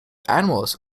animals